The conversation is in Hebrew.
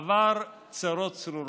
עבר צרות צרורות.